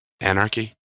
Anarchy